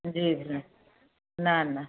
जी भेण न न